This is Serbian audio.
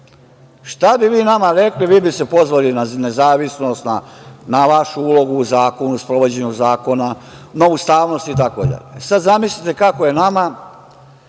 šta bi vi nama rekli? Vi bi se pozvali na nezavisnost, na vašu ulogu u zakonu, u sprovođenju zakona, na ustavnost i tako dalje, i sad zamislite kako je nama